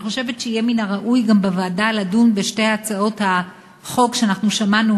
אני חושבת שיהיה מן הראוי לדון בוועדה גם בשתי הצעות החוק שאנחנו שמענו,